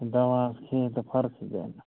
دَوا حظ کھیٚے یا تہٕ فرقٕے گٔے نہٕ